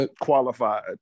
qualified